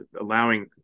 allowing